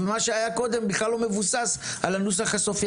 ומה שהיה קודם בכלל לא מבוסס על הנוסח הסופי.